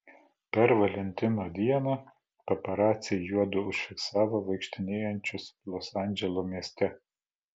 per valentino dieną paparaciai juodu užfiksavo vaikštinėjančius los andželo mieste